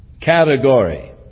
category